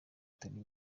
turi